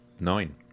Nine